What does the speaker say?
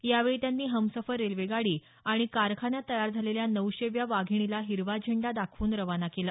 यावेळी त्यांनी हमसफर रेल्वेगाडी आणि कारखान्यात तयार झालेल्या नऊशेव्या वाघिणीला हिरवा झेंडा दाखवून रवाना केलं